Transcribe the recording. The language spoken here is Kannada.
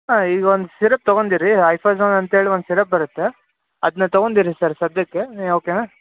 ಹಾಂ ಈಗ ಒಂದು ಸಿರಪ್ ತಗೊಂಡಿರಿ ಐಫಾಝೋನ್ ಅಂತೇಳಿ ಒಂದು ಸಿರಪ್ ಬರುತ್ತೆ ಅದನ್ನ ತಗೊಂಡಿರಿ ಸರ್ ಸದ್ಯಕ್ಕೆ ಹಾಂ ಓಕೆ ನಾ